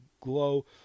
glow